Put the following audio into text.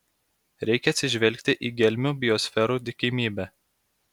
reikia atsižvelgti į gelmių biosferų tikimybę